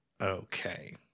Okay